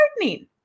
Gardening